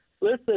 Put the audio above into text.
Listen